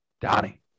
Donnie